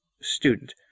Student